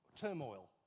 turmoil